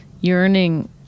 yearning